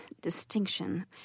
distinction